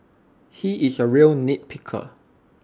he is A real nitpicker